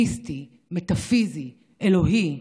מיסטי, מטפיזי, אלוהי,